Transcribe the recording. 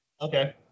Okay